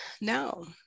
No